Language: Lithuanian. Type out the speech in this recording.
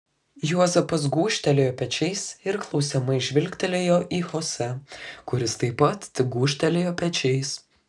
juozapas gūžtelėjo pečiais ir klausiamai žvilgtelėjo į chose kuris taip pat tik gūžtelėjo pečiais